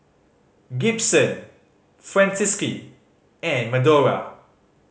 Gibson Francisqui and Medora